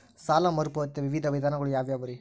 ಸಾಲ ಮರುಪಾವತಿಯ ವಿವಿಧ ವಿಧಾನಗಳು ಯಾವ್ಯಾವುರಿ?